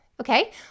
Okay